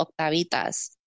Octavitas